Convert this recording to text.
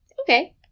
Okay